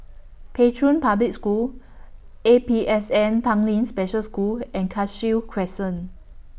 Pei Chun Public School A P S N Tanglin Special School and Cashew Crescent